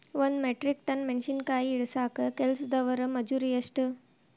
ಒಂದ್ metric ton ಮೆಣಸಿನಕಾಯಿ ಇಳಸಾಕ್ ಕೆಲಸ್ದವರ ಮಜೂರಿ ಎಷ್ಟ?